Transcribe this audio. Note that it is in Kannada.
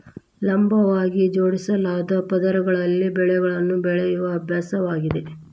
ಲಂಬವಾಗಿ ಜೋಡಿಸಲಾದ ಪದರಗಳಲ್ಲಿ ಬೆಳೆಗಳನ್ನು ಬೆಳೆಯುವ ಅಭ್ಯಾಸವಾಗಿದೆ